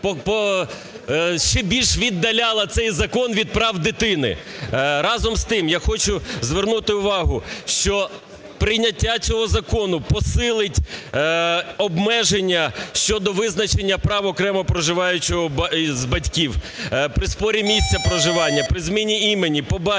ще більше віддаляла цей закон від прав дитини. Разом з тим я хочу звернути увагу, що прийняття цього закону посилить обмеження щодо визначення прав окремо проживаючого із батьків, при спорі місця проживання, при зміні імені,